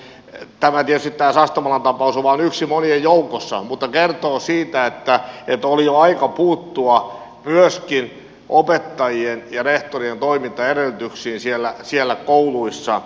tietysti tämä sastamalan tapaus on vain yksi monien joukossa mutta kertoo siitä että oli jo aika puuttua myöskin opettajien ja rehtorien toimintaedellytyksiin siellä kouluissa